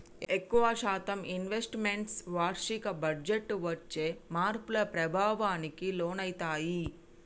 ఎక్కువ శాతం investments వార్షిక బడ్జెట్టు వచ్చే మార్పుల ప్రభావానికి లోనయితయ్యి